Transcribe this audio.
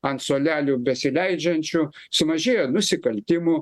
ant suolelių besileidžiančių sumažėjo nusikaltimų